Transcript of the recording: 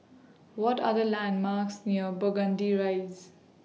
What Are The landmarks near Burgundy Rise